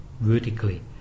vertically